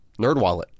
NerdWallet